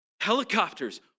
helicopters